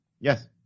Yes